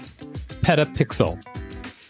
Petapixel